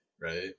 right